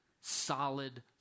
solid